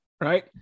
right